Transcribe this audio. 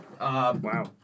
Wow